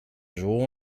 جون